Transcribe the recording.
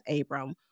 Abram